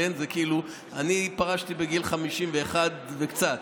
אני פרשתי בגיל 51 וקצת,